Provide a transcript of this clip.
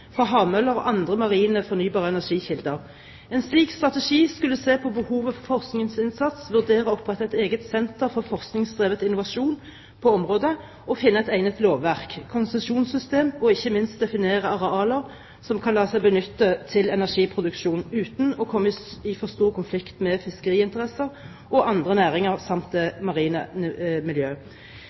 fra havmøller og andre marine fornybare energikilder. En slik strategi skulle se på behovet for forskningsinnsats, vurdere å opprette et eget senter for forskningsdrevet innovasjon på området og finne et egnet lovverk, konsesjonssystem og ikke minst definere arealer som kan la seg benytte til energiproduksjon uten å komme i for stor konflikt med fiskeriinteresser og andre næringer samt det marine miljø.